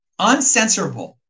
uncensorable